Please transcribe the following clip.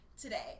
today